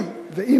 אני